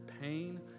pain